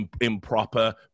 improper